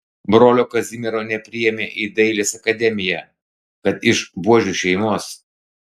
brolio kazimiero nepriėmė į dailės akademiją kad iš buožių šeimos